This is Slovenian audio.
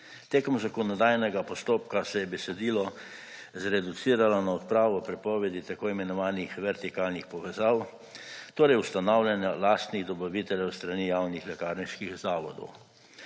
Tekom zakonodajnega postopka se je besedilo zreduciralo na odpravo prepovedi tako imenovanih vertikalnih povezav, torej ustanavljanja lastnih dobaviteljev s strani javnih lekarniških zavodov.